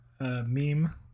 meme